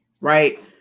right